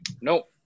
Nope